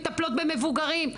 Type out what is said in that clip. מטפלות במבוגרים,